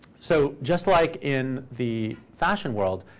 so just like in the fashion world,